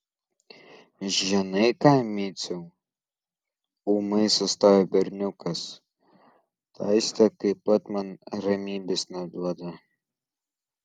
žinai ką miciau ūmai sustojo berniukas ta aistė kaip pat man ramybės neduoda